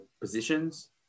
positions